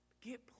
Get